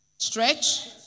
Stretch